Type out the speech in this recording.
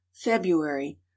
February